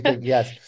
Yes